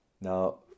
Now